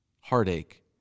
heartache